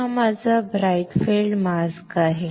तर हा माझा ब्राइट फील्ड मास्क आहे